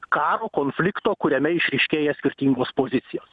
karo konflikto kuriame išryškėja skirtingos pozicijos